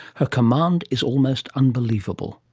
her command is almost unbelievable.